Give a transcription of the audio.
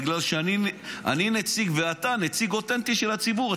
בגלל שאני נציג, ואתה נציג אותנטי של הציבור.